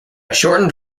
shortened